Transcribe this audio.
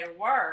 work